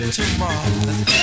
tomorrow